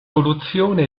soluzione